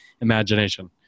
imagination